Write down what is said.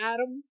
Adam